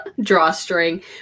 Drawstring